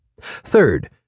Third